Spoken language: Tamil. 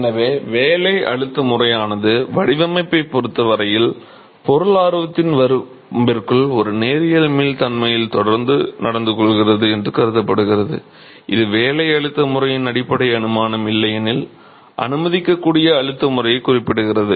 எனவே வேலை அழுத்த முறையானது வடிவமைப்பைப் பொறுத்த வரையில் பொருள் ஆர்வத்தின் வரம்பிற்குள் ஒரு நேரியல் மீள் தன்மையில் தொடர்ந்து நடந்து கொள்கிறது என்று கருதபடுகிறது இது வேலை அழுத்த முறையின் அடிப்படை அனுமானம் இல்லையெனில் அனுமதிக்கக்கூடிய அழுத்த முறையே குறிப்பிடப்படுகிறது